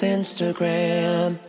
Instagram